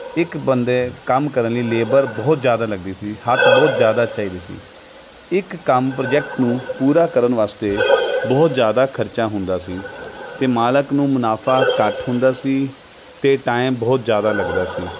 ਇੱਕ ਬੰਦੇ ਕੰਮ ਕਰਨ ਲਈ ਲੇਬਰ ਬਹੁਤ ਜ਼ਿਆਦਾ ਲੱਗਦੀ ਸੀ ਹੱਥ ਬਹੁਤ ਜ਼ਿਆਦਾ ਚਾਹੀਦੇ ਸੀ ਇੱਕ ਕੰਮ ਪ੍ਰੋਜੈਕਟ ਨੂੰ ਪੂਰਾ ਕਰਨ ਵਾਸਤੇ ਬਹੁਤ ਜ਼ਿਆਦਾ ਖਰਚਾ ਹੁੰਦਾ ਸੀ ਅਤੇ ਮਾਲਕ ਨੂੰ ਮੁਨਾਫਾ ਘੱਟ ਹੁੰਦਾ ਸੀ ਅਤੇ ਟਾਈਮ ਬਹੁਤ ਜ਼ਿਆਦਾ ਲੱਗਦਾ ਸੀ